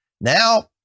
Now